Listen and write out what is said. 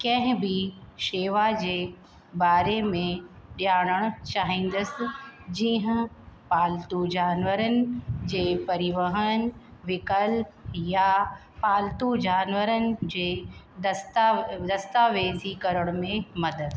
कंहिं बि शेवा जे बारे में ॼाणण चाहींदसि जीअं पालतू जानवरनि जे परिवहन विकल्प या पालतू जानवरनि जे दस्ता दस्तावेजीकरण में मदद